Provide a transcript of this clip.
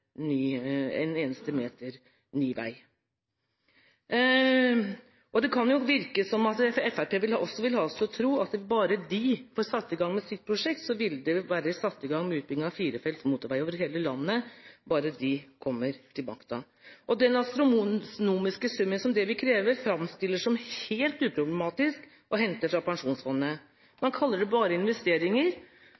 meter ny vei. Det kan virke som om Fremskrittspartiet vil ha oss til å tro at bare de kommer i gang med sitt prosjekt, vil det være satt i gang utbygging av firefelts motorvei over hele landet – bare de kommer til makten. Den astronomiske summen som det vil kreve, framstilles som helt uproblematisk å hente fra pensjonsfondet.